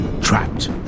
trapped